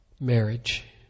marriage